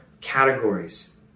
categories